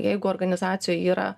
jeigu organizacijoj yra